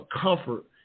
comfort